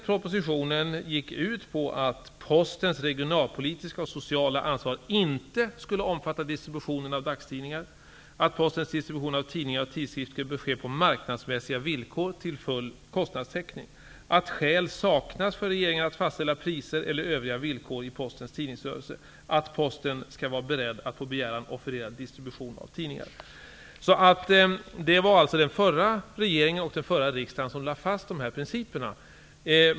Propositionen gick ut på att Postens regionalpolitiska och sociala ansvar inte skulle omfatta distributionen av dagstidningar, att Postens distribution av tidningar och tidskrifter skulle ske på marknadsmässiga villkor till full kostnadstäckning, att skäl saknas för regeringen att fastställa priser eller övriga villkor i Postens tidningsrörelse och att Posten skall vara beredd att på begäran offerera distribution av tidningar. Det var alltså den förra regeringen och den förra riksdagen som lade fast dessa principer.